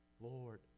Lord